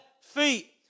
feet